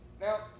Now